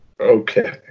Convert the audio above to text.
okay